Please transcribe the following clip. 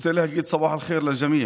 רוצה להגיד סאבח אל-ח'יר לג'מיע.